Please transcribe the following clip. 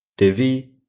divi,